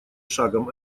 шагом